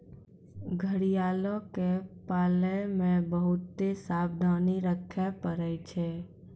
घड़ियालो के पालै मे बहुते सावधानी रक्खे पड़ै छै